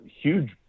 huge